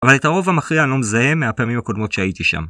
אבל את הרוב המכריע אני לא מזהה מהפעמים הקודמות שהייתי שם.